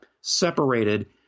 separated